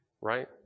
Right